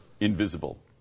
invisible